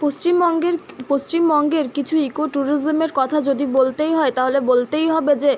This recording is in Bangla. পশ্চিমবঙ্গের পশ্চিমবঙ্গের কিছু ইকো ট্যুরিজেমের কথা যদি বলতেই হয় তাহলে বলতেই হবে যে